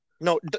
No